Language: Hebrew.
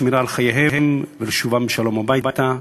לשמירה על חייהם ולשובם בשלום הביתה,